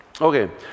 Okay